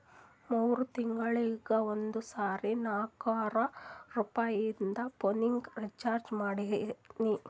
ಮೂರ್ ತಿಂಗಳಿಗ ಒಂದ್ ಸರಿ ನಾಕ್ನೂರ್ ರುಪಾಯಿದು ಪೋನಿಗ ರೀಚಾರ್ಜ್ ಮಾಡ್ತೀನಿ